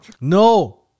No